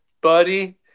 Buddy